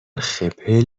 خپل